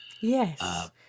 Yes